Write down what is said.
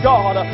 God